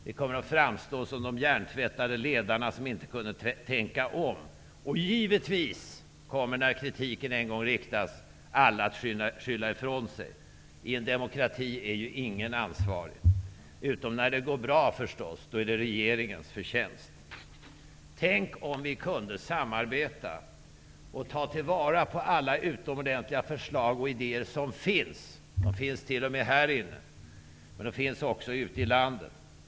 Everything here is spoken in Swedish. Vi kommer att framstå som de hjärntvättade ledarna som inte kunde tänka om. När den kritiken en gång framställs kommer alla givetvis att skylla ifrån sig. I en demokrati är ju ingen ansvarig -- utom när det går bra; då är det regeringens förtjänst. Tänk om vi kunde samarbeta och ta till vara alla utomordentliga förslag och idéer som finns -- de finns t.o.m. här i riksdagen. De finns också ute i landet.